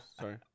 Sorry